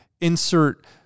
insert